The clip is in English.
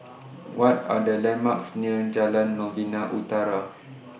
What Are The landmarks near Jalan Novena Utara